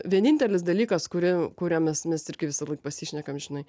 vienintelis dalykas kurį kuria mes mes irgi visąlaik pasišnekam žinai